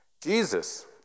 Jesus